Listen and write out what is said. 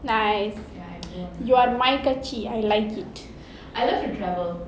nice you are my கட்சி:katchi I like it